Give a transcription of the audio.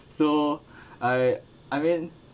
so I I mean